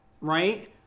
right